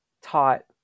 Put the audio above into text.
taught